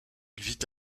vit